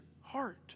heart